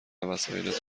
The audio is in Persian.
وسایلت